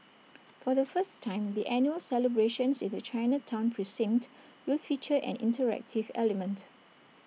for the first time the annual celebrations in the Chinatown precinct will feature an interactive element